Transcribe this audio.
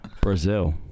Brazil